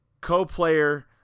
Co-Player